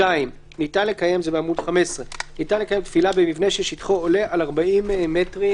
"(2)ניתן לקיים תפילה במבנה ששטחו עולה על 40 מטרים